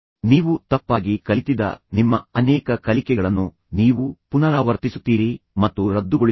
ನೀವು ತಪ್ಪಾಗಿ ಕಲಿತಿದ್ದ ನಿಮ್ಮ ಅನೇಕ ಕಲಿಕೆಗಳನ್ನು ನೀವು ಪುನರಾವರ್ತಿಸುತ್ತೀರಿ ಮತ್ತು ರದ್ದುಗೊಳಿಸುತ್ತೀರಿ